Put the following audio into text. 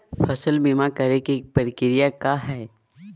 फसल बीमा करे के प्रक्रिया का हई?